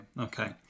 Okay